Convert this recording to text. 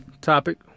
topic